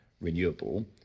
renewable